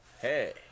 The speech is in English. Hey